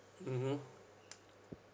mmhmm